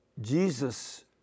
Jesus